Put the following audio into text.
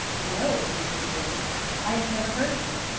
no, answered the boy i have never heard of them.